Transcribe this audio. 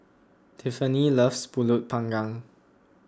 Tiffanie loves Pulut Panggang